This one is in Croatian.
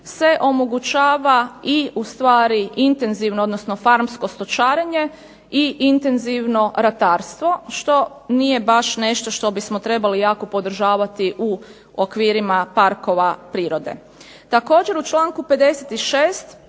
se omogućava ustvari intenzivno, odnosno farmsko stočarenje i intenzivno ratarstvo, što nije baš nešto što bismo trebali podržavati u okvirima parkova prirode. Također u članku 56.